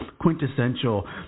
quintessential